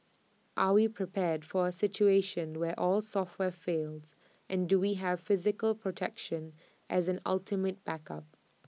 are we prepared for A situation where all software fails and do we have physical protection as an ultimate backup